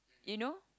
you know